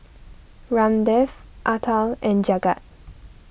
Ramdev Atal and Jagat